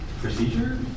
procedure